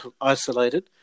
isolated